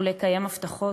ולקיים הבטחות.